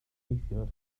neithiwr